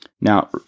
Now